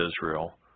Israel